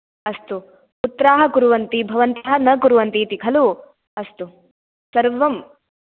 अस्तु पुत्रः कुर्वन्ति भवन्तः न कुर्वन्ति इति खलु अस्तु सर्वं